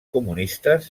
comunistes